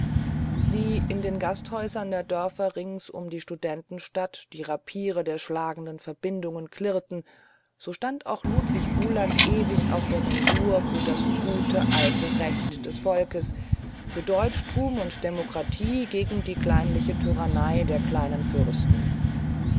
wie in den gasthäusern der dörfer rings um die studentenstadt die rapiere der schlagenden verbindungen klirrten so stand ludwig uhland ewig auf der mensur für das gute alte recht des volkes für deutschtum und demokratie gegen die kleinliche tyrannei der kleinen fürsten